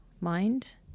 mind